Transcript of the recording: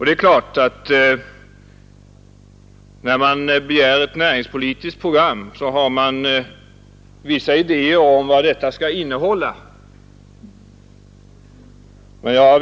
Det är klart att om man begär ett näringspolitiskt program, har man vissa idéer om vad detta program skall innehålla utöver målsättningskravet en decentraliserad maktstruktur.